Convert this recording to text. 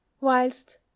whilst